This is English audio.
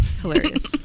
Hilarious